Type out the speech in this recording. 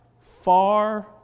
far